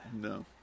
No